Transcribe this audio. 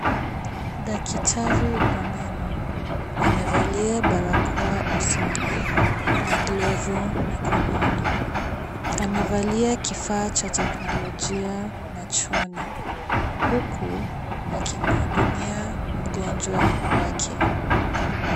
Daktari wa meno amevalia barakoa usoni na glovu mikononi. Amevalia kifaa cha teknolojia machoni huku akimhudumia mgonjwa wake.